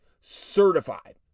Certified